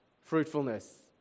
fruitfulness